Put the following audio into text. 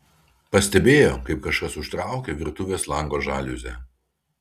pastebėjo kaip kažkas užtraukė virtuvės lango žaliuzę